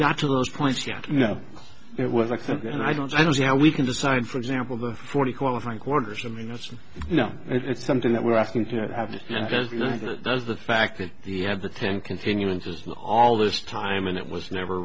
got to those points yet you know it was like again i don't i don't see how we can decide for example the forty qualifying corners i mean that's you know it's something that we're asking to have does the fact that he had the ten continuances all this time and it was never